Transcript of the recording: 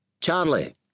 Charlie